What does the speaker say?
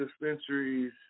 dispensaries